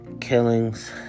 killings